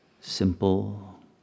Simple